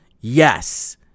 Yes